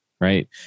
Right